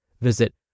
Visit